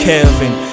Kevin